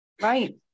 Right